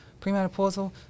premenopausal